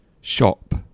shop